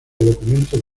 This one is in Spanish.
documentos